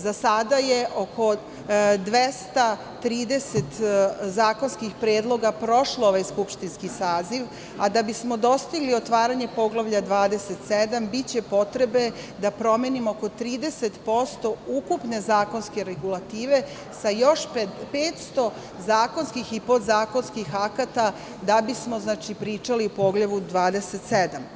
Za sada je oko 230 zakonskih predloga prošlo ovaj skupštinski saziv, a da bi smo dostigli otvaranje poglavlja 27, biće potrebe da promenimo oko 30% ukupne zakonske regulative sa još 500 zakonskih i podzakonskih akata da bi smo pričali o poglavlju 27.